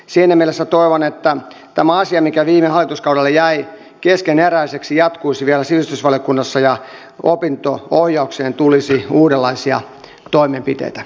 siinä mielessä toivon että tämä asia mikä viime hallituskaudella jäi keskeneräiseksi jatkuisi vielä sivistysvaliokunnassa ja opinto ohjaukseen tulisi uudenlaisia toimenpiteitä